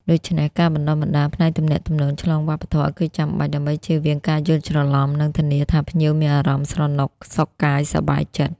ដូច្នេះ ការបណ្តុះបណ្តាលផ្នែកទំនាក់ទំនងឆ្លងវប្បធម៌គឺចាំបាច់ ដើម្បីចៀសវាងការយល់ច្រឡំ និងធានាថាភ្ញៀវមានអារម្មណ៍ស្រណុកសុខកាយ សប្បាយចិត្ត។